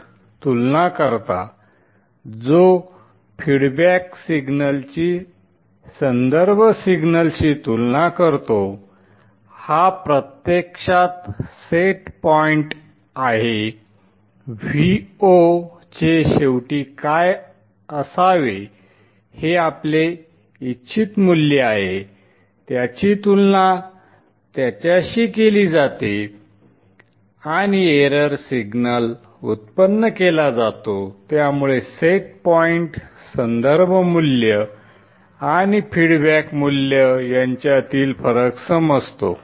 एक तुलनाकर्ता जो फीडबॅक सिग्नलची संदर्भ सिग्नलशी तुलना करतो हा प्रत्यक्षात सेट पॉइंट आहे Vo चे शेवटी काय असावे हे आपले इच्छित मूल्य आहे त्याची तुलना त्याच्याशी केली जाते आणि एरर सिग्नल उत्पन्न केला जातो त्यामुळे सेट पॉइंट संदर्भ मूल्य आणि फीडबॅक मूल्य यांच्यातील फरक समजतो